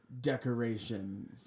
decoration